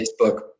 Facebook